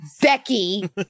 Becky